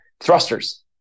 Thrusters